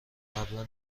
قبلا